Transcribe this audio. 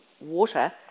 water